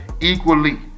equally